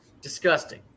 Disgusting